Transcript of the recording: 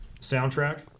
Soundtrack